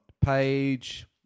Page